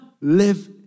live